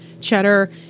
cheddar